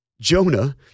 Jonah